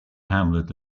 hamlet